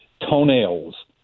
toenails